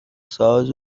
ساز